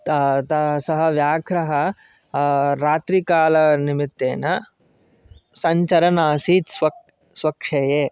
सः व्याघ्रः रात्रिकालनिमित्तेन सञ्चरन् आसीत् स्वक्षये